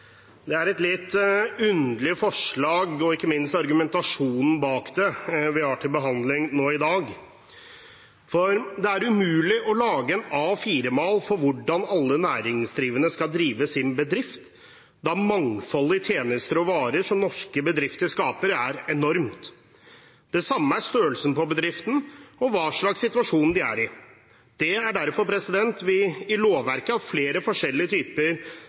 Det er et litt underlig forslag – og ikke minst argumentasjonen bak det – som vi har til behandling i dag. For det er umulig å lage en A4-mal for hvordan alle næringsdrivende skal drive sin bedrift, da mangfoldet i tjenester og varer som norske bedrifter skaper, er enormt. Det samme gjelder størrelse på bedriften og hva slags situasjon den er i. Det er derfor vi i lovverket har flere forskjellige typer